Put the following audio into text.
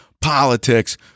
politics